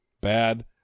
bad